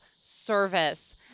service